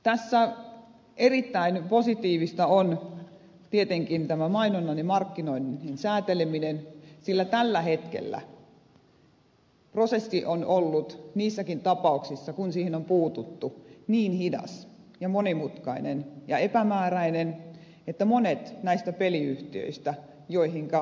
tässä erittäin positiivista on tietenkin tämä mainonnan ja markkinoinnin sääteleminen sillä tällä hetkellä prosessi on ollut niissäkin tapauksissa joissa siihen on puututtu niin hidas ja monimutkainen ja epämääräinen että monet näistä peliyhtiöistä joihinka ed